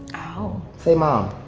oh. say mom.